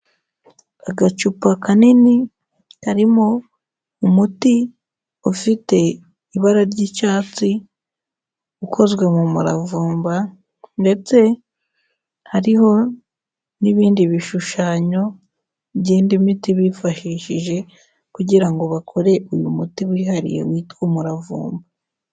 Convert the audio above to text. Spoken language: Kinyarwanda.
Agacupa kanini karimo umuti ufite ibara ry'icyatsi, ukozwe mu muravumba ndetse hariho n'ibindi bishushanyo by'indi miti bifashishije, kugira ngo bakore uyu muti wihariye witwa umuravumba.